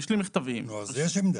אז יש עמדה.